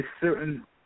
certain